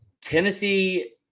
Tennessee